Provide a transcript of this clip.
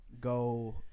go